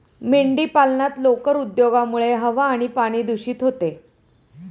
मेंढीपालनात लोकर उद्योगामुळे हवा आणि पाणी दूषित होते